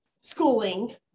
schooling